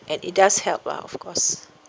and it does help lah of course